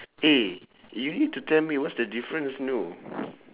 eh you need to tell me what is the difference know